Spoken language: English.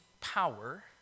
power